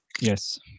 Yes